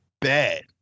bad